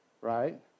right